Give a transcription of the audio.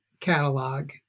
catalog